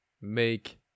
make